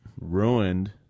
ruined